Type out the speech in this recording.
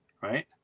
right